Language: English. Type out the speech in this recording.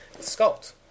Sculpt